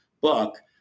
book